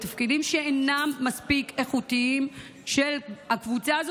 לתפקידים שאינם מספיק איכותיים של הקבוצה הזאת.